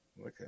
Okay